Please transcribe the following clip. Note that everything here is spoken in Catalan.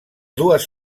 dues